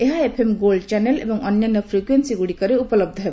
ଏହା FM gold channel ଓ ଅନ୍ୟାନ୍ୟ ଫ୍ରିକୁଏନ୍ସି ଗୁଡ଼ିକରେ ଉପଲବ୍ଧ ହେବ